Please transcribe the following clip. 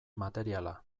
materiala